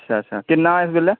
किन्ना ऐ इस बेल्लै